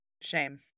Shame